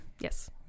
yes